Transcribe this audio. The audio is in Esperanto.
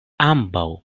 ambaŭ